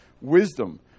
wisdom